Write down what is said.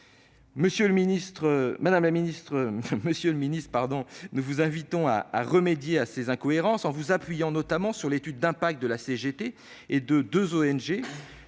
Monsieur le secrétaire d'État, nous vous invitons à remédier à ces incohérences en vous appuyant notamment sur l'étude d'impact de la CGT et de deux ONG,